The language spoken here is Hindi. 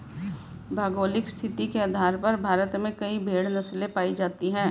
भौगोलिक स्थिति के आधार पर भारत में कई भेड़ नस्लें पाई जाती हैं